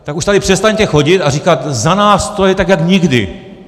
Tak už tady přestaňte chodit a říkat: za nás to je tak jak nikdy.